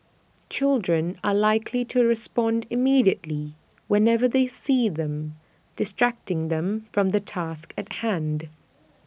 children are likely to respond immediately whenever they see them distracting them from the task at hand